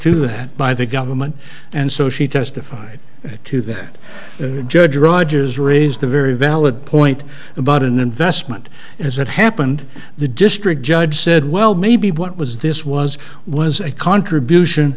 to that by the government and so she testified to that judge rogers raised a very valid point about an investment as it happened the district judge said well maybe what was this was was a contribution